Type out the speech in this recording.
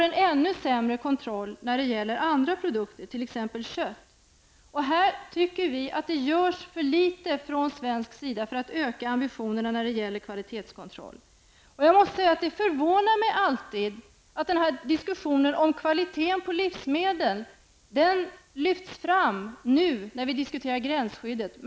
En ännu sämre kontroll förekommer på andra produkter, t.ex. kött. Vi tycker att Sverige gör för litet för att höja ambitionerna när det gäller att stärka kvalitetskontrollen. Det förvånar mig alltid att diskussionen om kvalitet på livsmedel lyfts fram när vi diskuterar frågan om gränsskyddet.